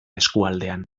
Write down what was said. eskualdean